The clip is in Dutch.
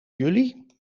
jullie